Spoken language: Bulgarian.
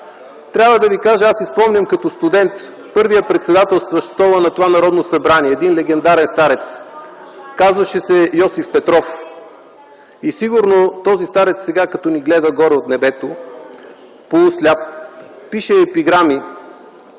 Трябва да ви кажа, аз си спомням като студент първия председателстващ стола на това Народно събрание – един легендарен старец, казваше се Йосиф Петров. Сигурно този старец сега като ни гледа горе, от небето, полусляп, пише епиграми